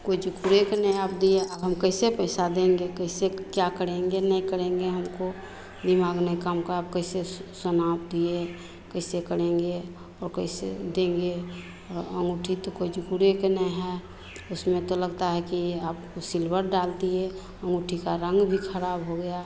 कोई जुकरे का नहीं आप दिया अब हम कैसे पैसा देंगे कैसे क्या करेंगे नहीं करेंगे हमको दिमाग़ नहीं काम का आप कैसे सोना दिए कैसे करेंगे और कैसे देंगे और अँगूठी तो कोई जुकरे की नहीं है उसमें तो लगता है कि आप कुछ सिल्वर डाल दिए अँगूठी का रंग भी ख़राब हो गया